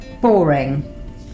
boring